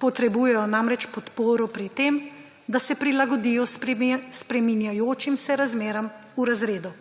potrebujejo namreč podporo pri tem, da se prilagodijo spreminjajočim se razmeram v razredu.«